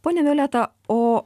ponia violeta o